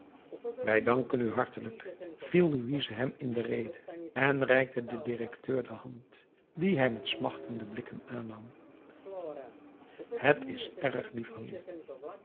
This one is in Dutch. wij danken u hartelijk viel louise hem in de rede en reikte den directeur de hand die hij met smachtende blikken aannam het is erg lief van u